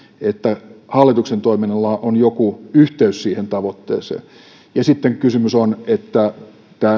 että hallituksen toiminnalla on joku yhteys siihen tavoitteeseen sitten kysymys on että